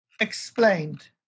explained